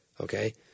Okay